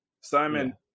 Simon